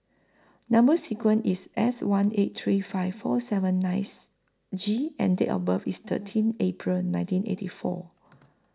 Number sequence IS S one eight three five four seven nice G and Date of birth IS thirteen April nineteen eighty four